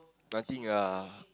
nothing ah